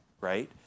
right